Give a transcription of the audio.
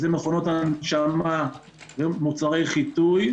זה מכונות הנשמה, מוצרי חיטוי.